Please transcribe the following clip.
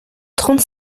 trente